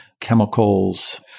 chemicals